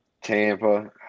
Tampa